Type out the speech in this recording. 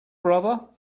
brother